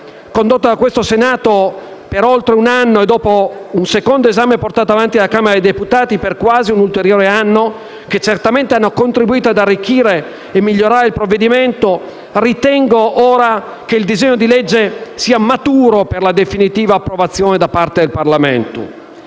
condotto da questo Senato per oltre un anno, e dopo un secondo esame portato avanti dalla Camera dei deputati per quasi un ulteriore anno, che certamente hanno contribuito ad arricchire e a migliorare il provvedimento, ritengo che il disegno di legge sia maturo per la definitiva approvazione da parte del Parlamento.